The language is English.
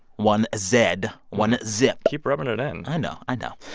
one zed, one zip keep rubbing it in i know. i know.